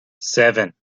seven